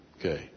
Okay